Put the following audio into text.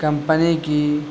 company کی